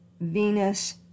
Venus